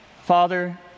Father